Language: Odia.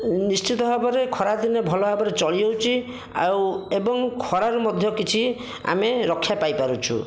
ନିଶ୍ଚିତ ଭାବରେ ଖରାଦିନେ ଭଲ ଭାବରେ ଚଳି ହେଉଛି ଆଉ ଏବଂ ଖରାରୁ ମଧ୍ୟ କିଛି ଆମେ ରକ୍ଷା ପାଇପାରୁଛୁ